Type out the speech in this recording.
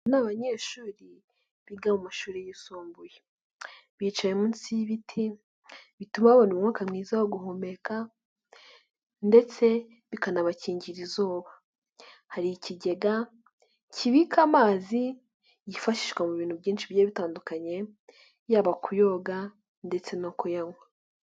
Aba n'abanyeshuri biga mu mashuri yisumbuye bicaye munsi y'ibiti bituma babona umwuka mwiza wo guhumeka ndetse bikanabakingira izuba, hari ikigega kibika amazi yifashishwa mu bintu byinshi bitandukanye, yaba kuyoga ndetse no kuyanywa.